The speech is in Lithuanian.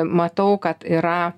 matau kad yra